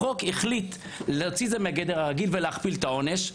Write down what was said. החוק החליט להוציא את זה מגדר הרגיל ולהכפיל את העונש,